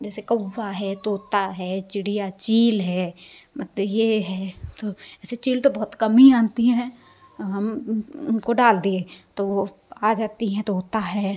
जैसे कौवा है तोता है चिड़िया चील है मत ये है तो वैसे चील तो बहुत कम ही आती है हम उनको डाल दिए तो वो आ जाती हैं तोता है